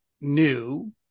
new